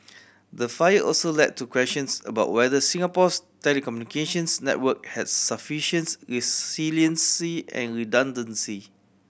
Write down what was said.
the fire also led to questions about whether Singapore's telecommunications network has sufficients resiliency and redundancy